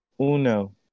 Uno